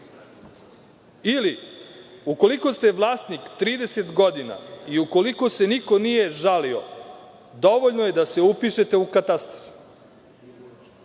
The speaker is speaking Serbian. Ili, ukoliko ste vlasnik 30 godina i ukoliko se niko nije žalio, dovoljno je da se upišete u katastar,